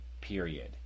period